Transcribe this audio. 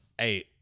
Hey